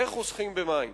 איך חוסכים במים.